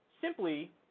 Simply